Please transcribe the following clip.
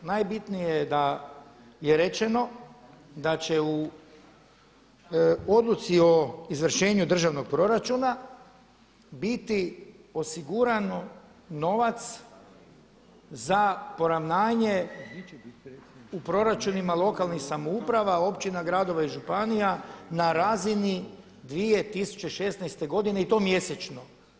Najbitnije je da je rečeno da će u odluci o izvršenju državnog proračuna biti osigurano novac za poravnanje u proračunima lokalnih samouprava, općina, gradova i županija na razini 2016. godine i to mjesečno.